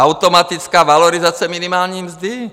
Automatická valorizace minimální mzdy?